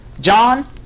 John